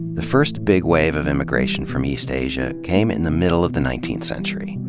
the first big wave of immigration from east asia came in the middle of the nineteenth century.